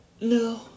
No